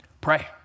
Pray